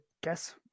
guess